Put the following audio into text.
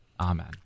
Amen